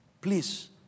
Please